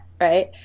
right